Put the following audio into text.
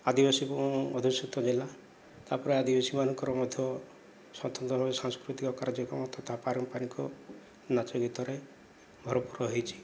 ଆଦିବାସୀ ଅଧିବସିତ ଜିଲ୍ଲା ତାପରେ ଆଦିବାସୀମାନଙ୍କର ମଧ୍ୟ ସ୍ଵତନ୍ତ୍ର ସାଂସ୍କୃତିକ କାର୍ଯ୍ୟକ୍ରମ ତଥା ପାରମ୍ପରିକ ନାଚଗୀତରେ ଭରପୁର ହୋଇଛି